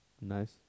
Nice